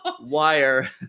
wire